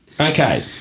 Okay